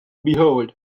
behold